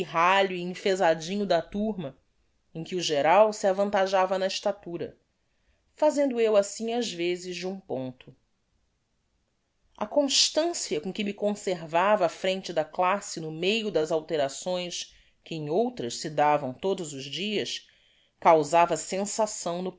pirralho e enfezadinho da turma em que o geral se avantajava na estatura fazendo eu assim as vezes de um ponto a constancia com que me conservava á frente da classe no meio das alterações que em outras se davam todos os dias causava sensação no